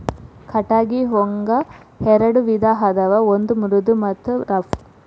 ಕಟಗಿ ಒಂಗ ಎರೆಡ ವಿಧಾ ಅದಾವ ಒಂದ ಮೃದು ಮತ್ತ ರಫ್